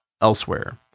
elsewhere